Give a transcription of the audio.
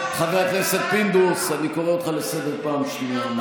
חבר הכנסת פינדרוס, אני קורא אותך לסדר פעם שנייה.